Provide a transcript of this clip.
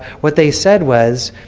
what they said was